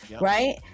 right